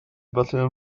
battalion